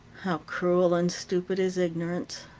how cruel and stupid is ignorance.